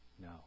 No